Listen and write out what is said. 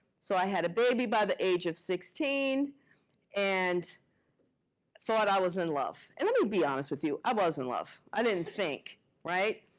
so i had a baby by the age of sixteen and thought i was in love. and let me be honest with you. i was in love. i didn't think right?